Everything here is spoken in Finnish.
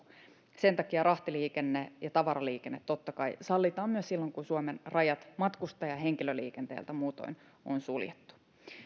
sen takia rahtiliikenne ja tavaraliikenne totta kai sallitaan myös silloin kun suomen rajat matkustaja ja henkilöliikenteeltä muutoin on suljettu